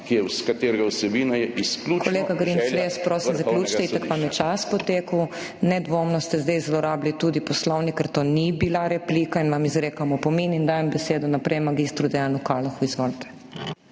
katerega vsebina je izključno želja Vrhovnega sodišča